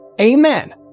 Amen